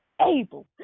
able